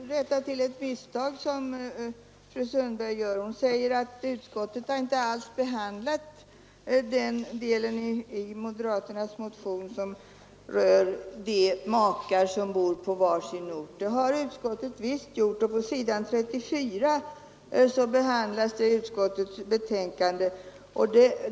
Herr talman! Jag vill bara rätta till ett misstag som fru Sundberg gör. Fredagen den Hon säger att utskottet inte alls behandlat den delen i moderaternas 25 maj 1973 motion som rör makar som bor på var sin ort. Det har utskottet visst gjort. På s. 34 behandlas detta i utskottets betänkande.